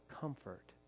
comfort